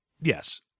Yes